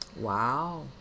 Wow